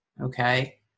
okay